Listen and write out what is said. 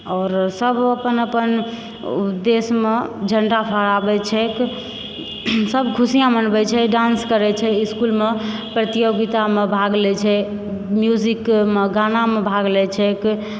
आओर सभ अपन अपन देशमे झण्डा फहराबैत छैक सभ खुशिआँ मनबैत छै डान्स करैत छै इस्कूलमे प्रतियोगितामे भाग लैत छै म्यूजिकमे गानामे भाग लैत छैक